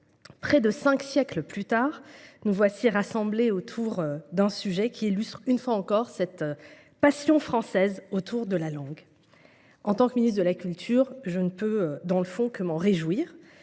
Près de cinq siècles plus tard, nous voici rassemblés autour d’un sujet qui illustre une fois encore cette passion française autour de la langue. En tant que ministre de la culture, je ne peux que m’en réjouir